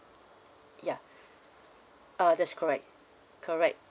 ya uh that's correct correct